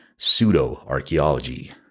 Pseudo-archaeology